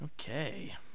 Okay